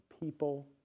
people